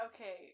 Okay